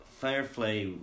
Firefly